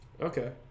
Okay